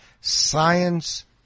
Science